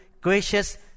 gracious